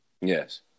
Yes